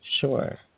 Sure